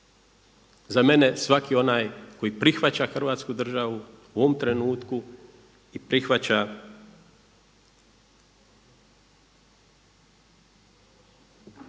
Za mene svaki onaj tko prihvaća Hrvatsku državu u ovom trenutku i prihvaća